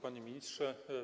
Panie Ministrze!